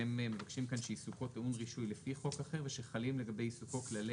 ואתם מבקשים פה שייסוכו טעון רישוי לפי חוק אחר ושחלים לגבי ייסוכו כללי